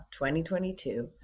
2022